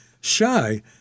shy